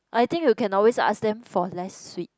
I think you can always ask them for less sweet